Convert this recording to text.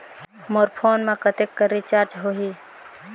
मोर phone मा कतेक कर रिचार्ज हो ही?